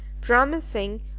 promising